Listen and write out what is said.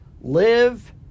live